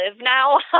now